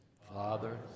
Father